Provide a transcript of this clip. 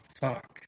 Fuck